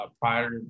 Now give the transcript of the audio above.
Prior